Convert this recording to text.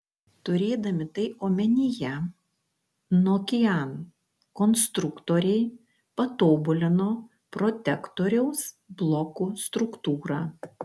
turėdami tai omenyje nokian konstruktoriai patobulino protektoriaus blokų struktūrą